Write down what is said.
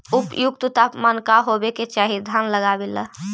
उपयुक्त तापमान का होबे के चाही धान लगावे ला?